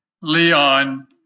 Leon